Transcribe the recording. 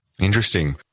Interesting